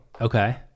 Okay